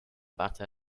butter